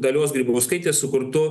dalios grybauskaitės sukurtu